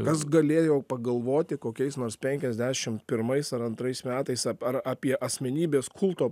kas galėjo pagalvoti kokiais nors penkiasdešim pirmais ar antrais metais ap ar apie asmenybės kulto